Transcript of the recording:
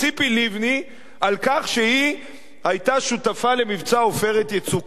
לבני על כך שהיא היתה שותפה למבצע "עופרת יצוקה".